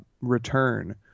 Return